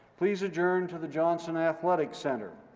please adjourn to the johnson athletic center.